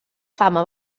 fama